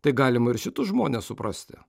tai galima ir šitus žmones suprasti